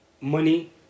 money